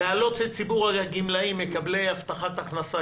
להעלות את ציבור הגמלאים מקבלי הבטחת הכנסה.